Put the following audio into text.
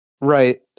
Right